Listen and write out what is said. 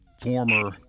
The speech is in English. Former